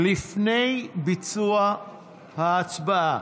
לפני ההצבעה,